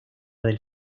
del